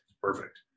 Perfect